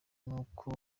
n’uko